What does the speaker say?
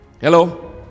Hello